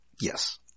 Yes